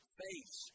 face